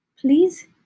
Please